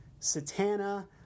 Satana